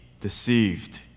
deceived